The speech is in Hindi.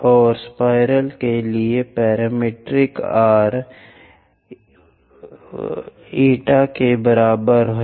और सर्पिल के लिए पैरामीट्रिक रूप आर है एटा के बराबर है